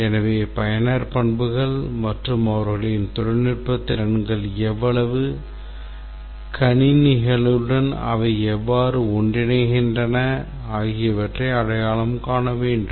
எனவே பயனர் பண்புகள் மற்றும் அவர்களின் தொழில்நுட்ப திறன்கள் எவ்வளவு கணினிகளுடன் அவை எவ்வாறு ஒன்றிணைகின்றன ஆகியவற்றை அடையாளம் காண வேண்டும்